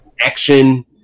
action